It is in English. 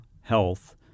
health